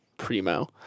primo